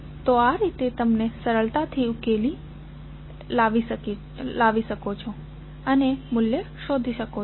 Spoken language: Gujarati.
તો આ રીતે તમે સરળતાથી ઉકેલ લાવી શકો છો અને મૂલ્ય શોધી શકો છો